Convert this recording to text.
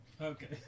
Okay